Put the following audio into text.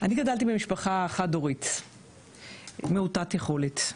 אני גדלתי במשפחה חד הורית מעוטת יכולת,